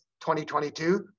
2022